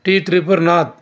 T Triparnath